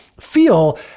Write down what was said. feel